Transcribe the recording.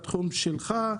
בתחום שלך: